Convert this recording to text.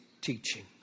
teaching